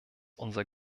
unser